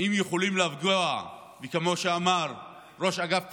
אם הם יכולים לפגוע, כמו שאמר ראש אגף תקציבים,